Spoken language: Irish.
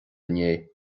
inné